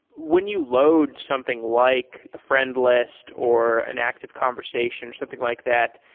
when you load something like a friend list or an active conversation or something like that,